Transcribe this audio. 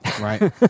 Right